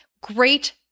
Great